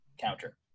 counter